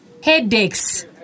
Headaches